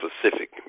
Pacific